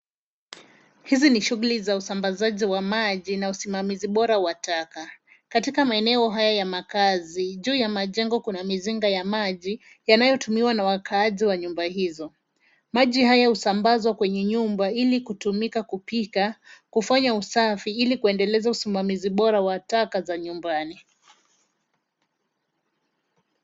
Hizi ni shughuli za usambazaji wa maji na usimamizi bora wa taka. Katika maeneo haya ya makaazi, juu ya majengo kuna mizinga ya maji yanayotumiwa na wakaaji wa nyumba hizo. Maji haya usambazwa kwenye nyumba ili kutumika kupika, kufanya usafi ili kuendeleza usimamizi bora wa taka za nyumbani.